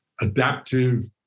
adaptive